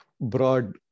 broad